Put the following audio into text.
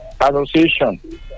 association